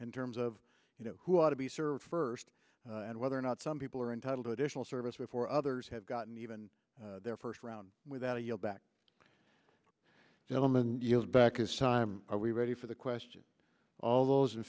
in terms of you know who ought to be served first and whether or not some people are entitled to additional service before others have gotten even their first round without you know back gentleman yield back is time are we ready for the question all those in